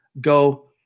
Go